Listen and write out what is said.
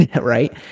Right